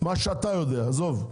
מה שאתה יודע, עזוב.